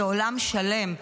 זה עולם שלם.